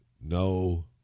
no